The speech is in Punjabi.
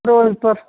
ਫ਼ਿਰੋਜ਼ਪੁਰ